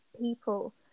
people